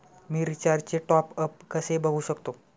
मी रिचार्जचे टॉपअप कसे बघू शकतो?